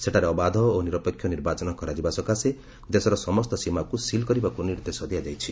ସେଠାରେ ଅବାଧ ଓ ନିରପେକ୍ଷ ନିର୍ବାଚନ କରାଯିବା ସକାଶେ ଦେଶର ସମସ୍ତ ସୀମାକୁ ସିଲ୍ କରିବାକୁ ନିର୍ଦ୍ଦେଶ ଦିଆଯାଇଛି